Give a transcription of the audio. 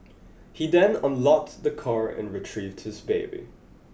he then unlocked the car and retrieved his baby